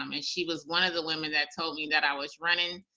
um and she was one of the women that told me that i was running,